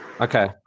Okay